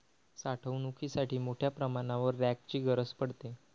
साठवणुकीसाठी मोठ्या प्रमाणावर रॅकची गरज पडते